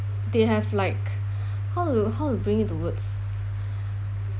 they have like how to how to bring it to words